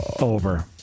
Over